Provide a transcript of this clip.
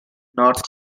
north